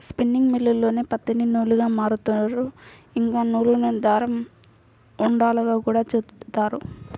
spinning మిల్లుల్లోనే పత్తిని నూలుగా మారుత్తారు, ఇంకా నూలును దారం ఉండలుగా గూడా చుడతారు